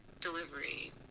delivery